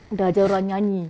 dia ajar orang nyanyi